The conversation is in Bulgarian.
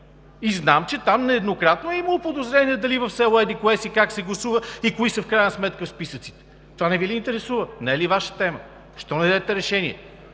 и знам, че там нееднократно е имало подозрения в село еди-кое си как се гласува и кои в крайна сметка са в списъците. Това не Ви ли интересува? Не е ли Ваша тема? Защо не дадете решение?